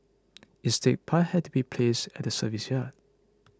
instead pipes had to be placed at the service yard